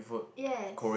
yes